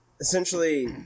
essentially